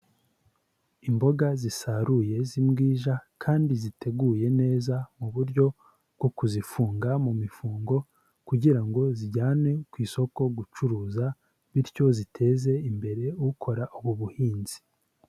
Imboga zisaruye z'imbwija kandi ziteguye neza mu buryo bwo kuzifunga mu mifungo kugira ngo zijyane ku isoko gucuruza, bityo ziteze imbere ukora ubu buhinzi.